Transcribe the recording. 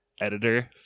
editor